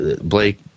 Blake